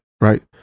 right